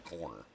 corner